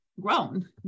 grown